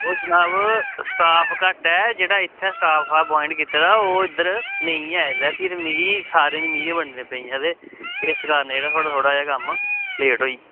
ओह् जनाब स्टॉफ घट्ट ऐ इत्थें स्टॉफ अप्वाईंट कीते दा ओह् इद्धर नेईं ऐ ऐल्लै फिर मिगी सारा एह् करन पेइयां ते इस कारण एह् थोह्ड़ा कम्म जेह्ड़ा लेट होई गेआ